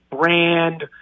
brand